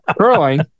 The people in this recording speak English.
curling